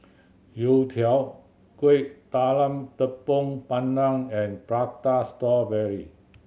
youtiao Kueh Talam Tepong Pandan and Prata Strawberry